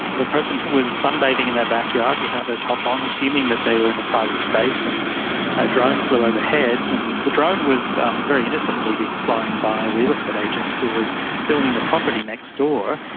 but person and was sunbathing in their backyard without their top on, assuming that they were in a private space, and a drone flew overhead. and the drone was very innocently being flown by a real estate agent who was filming the property next door.